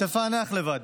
תפענח לבד.